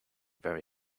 very